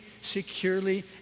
securely